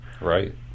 Right